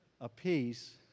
apiece